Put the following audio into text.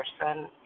person